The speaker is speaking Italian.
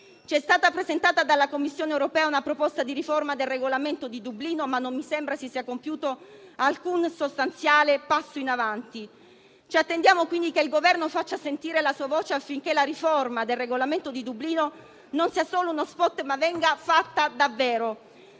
Ci è stata presentata dalla Commissione europea una proposta di riforma del Regolamento di Dublino ma non mi sembra si sia compiuto alcun sostanziale passo in avanti. Ci attendiamo quindi che il Governo faccia sentire la sua voce affinché la riforma del regolamento di Dublino non sia solo uno *spot* ma venga fatta davvero.